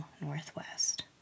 Northwest